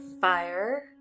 fire